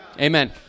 Amen